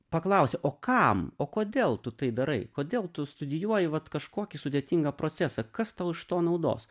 paklausė o kam o kodėl tu tai darai kodėl tu studijuoji vat kažkokį sudėtingą procesą kas tau iš to naudos